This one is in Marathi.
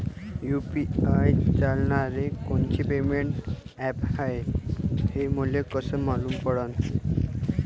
यू.पी.आय चालणारं कोनचं पेमेंट ॲप हाय, हे मले कस मालूम पडन?